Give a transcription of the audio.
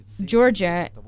Georgia